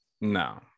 No